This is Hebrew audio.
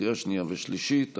שהחזירה